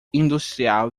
industrial